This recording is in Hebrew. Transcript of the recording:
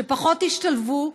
שפחות השתלבו,